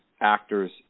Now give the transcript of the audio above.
actors